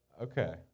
Okay